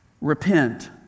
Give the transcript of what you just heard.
repent